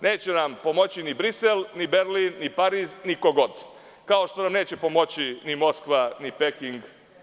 Neće nam pomoći ni Brisel, ni Berlin ni Pariz ni ko god, kao što nam neće pomoći ni Moskva ni Peking.